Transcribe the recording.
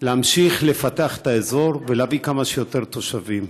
להמשיך לפתח את האזור ולהביא כמה שיותר תושבים.